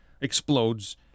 explodes